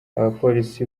abapolisi